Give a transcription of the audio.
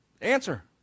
answer